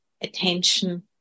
attention